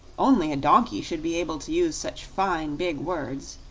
only a donkey should be able to use such fine, big words,